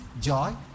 joy